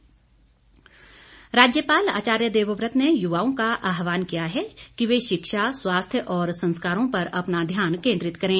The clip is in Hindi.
राज्यपाल राज्यपाल आचार्य देवव्रत ने युवाओं का आहवान किया है कि वे शिक्षा स्वास्थ्य और संस्कारों पर अपना ध्यान केंद्रित करें